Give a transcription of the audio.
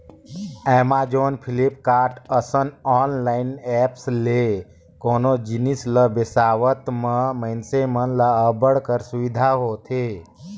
Amazon, Flipkart, असन online apps ले कोनो जिनिस ल बिसावत म मइनसे मन ल अब्बड़ कर सुबिधा होथे